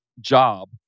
job